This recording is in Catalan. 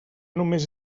només